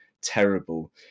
terrible